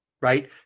right